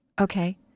Okay